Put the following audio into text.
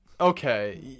Okay